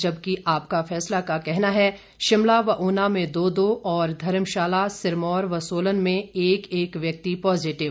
जबकि आपका फैसला का कहना है शिमला व ऊना में दो दो और धर्मशाला सिरमौर व सोलन में एक एक व्यक्ति पॉजिटिव